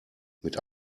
mit